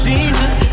Jesus